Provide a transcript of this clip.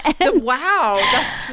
Wow